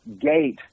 gate